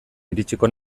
iritsiko